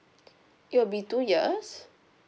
it will be two years